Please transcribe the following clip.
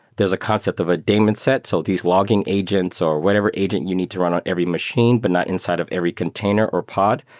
there's a concept of a daemon set, so these logging agents or whatever agent you need to run on every machine, but not inside of every container or pod.